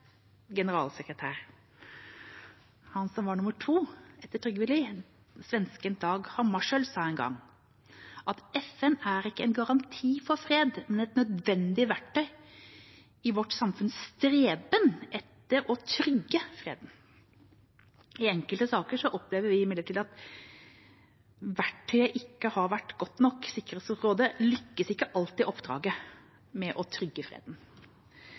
generalsekretær – han som var nummer to, etter Trygve Lie – svensken Dag Hammarskjöld, sa en gang at FN ikke er en garanti for fred, men et nødvendig verktøy i vårt samfunns streben etter å trygge freden. I enkelte saker opplever vi imidlertid at verktøyet ikke har vært godt nok. Sikkerhetsrådet lykkes ikke alltid i oppdraget med å trygge freden.